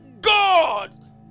God